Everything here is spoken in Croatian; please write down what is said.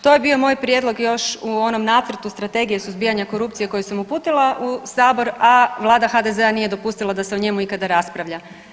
To je bio moj prijedlog još u onom Nacrtu prijedloga suzbijanja korupcije koji sam uputila u Sabor, a Vlada HDZ-a nije dopustila da se o njemu ikada raspravlja.